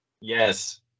Yes